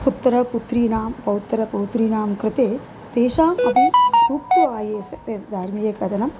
पुत्रः पुत्रीणां पौत्रः पौत्रीणां कृते तेषामपि उक्त्वा आये स धार्मिककथनम्